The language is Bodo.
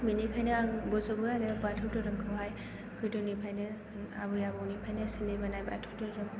बेनिखायनो आङो बज'बो आरो बाथौ धोरोमखौहाय गोदोनिफ्रायनो आबै आबौनिफ्रायनो सोलिबोनाय बाथौ धोरोम